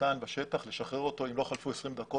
ניתן בשטח לשחרר אותו אם לא חלפו 20 דקות,